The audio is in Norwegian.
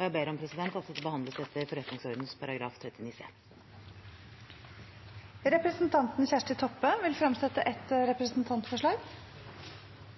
Jeg ber om at dette behandles etter forretningsordenens § 39 c. Representanten Kjersti Toppe vil fremsette et representantforslag.